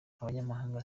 abanyamahanga